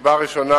הסיבה הראשונה,